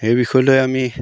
এই বিষয়লৈ আমি